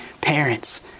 parents